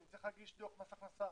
אני צריך להגיש דוח למס הכנסה,